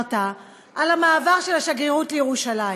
ודיברת על המעבר של השגרירות לירושלים?